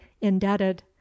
indebted